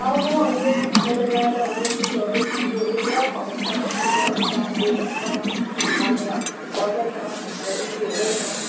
आउनु अहिले अहिले गाजरहरू बिटहरू सिमीहरू पुरा फलेको छ सिमीको अलिक दाम बेसी छ अनि फल्दैछ अब बिक्री हुँदैछ